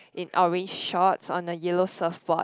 in orange shorts on the yellow surfboard